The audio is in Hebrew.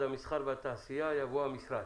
ממשרד המסחר והתעשייה יבוא "המשרד".